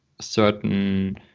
certain